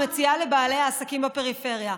מציעה לבעלי העסקים בפריפריה: